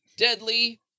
Deadly